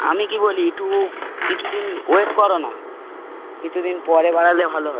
আমি কী বলি ইটু কিছু দিন ওয়েট করো না কিছু দিন পরে বাড়ালে ভালো হয়